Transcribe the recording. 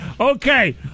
Okay